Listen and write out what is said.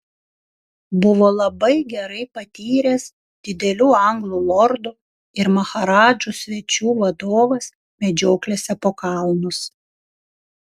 buvo labai gerai patyręs didelių anglų lordų ir maharadžų svečių vadovas medžioklėse po kalnus